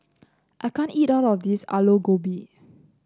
I can't eat all of this Aloo Gobi